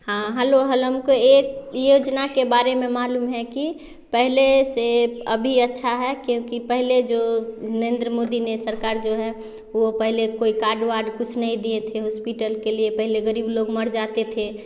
हाँ hello hello हमको एक योजना के बारे में मालूम है कि पहले से अभी अच्छा है क्योंकि पहले जो नरेंद्र मोदी ने सरकार जो है वो पहले कोई कार्ड वार्ड कुछ नहीं दिए थे होस्पीटल के लिए पहले गरीब लोग मर जाते थे